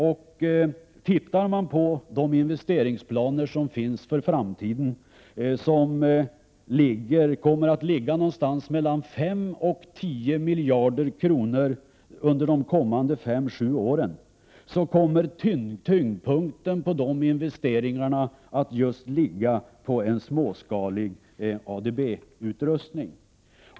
Ser man på investeringsplanerna för framtiden, som kommer att vara mellan 5 och 10 miljarder kronor under de kommande 5 till 7 åren, kommer tyngdpunkten i dessa investeringar att ligga på en småskalig ADB-utrustning.